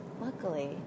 luckily